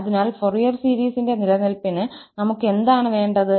അതിനാൽ ഫോറിയർ സീരീസിന്റെ നിലനിൽപ്പിന് നമുക്ക് എന്താണ് വേണ്ടത്